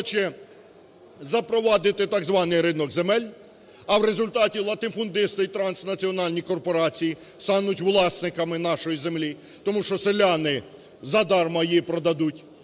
хоче запровадити так званий ринок земель, а в результаті латифундисти і транснаціональні корпорації стануть власниками нашої землі, тому що селяни задарма її продадуть.